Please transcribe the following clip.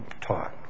taught